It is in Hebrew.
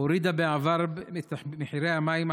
הורידה בעבר את מחירי המים,